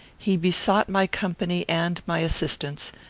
he besought my company and my assistance,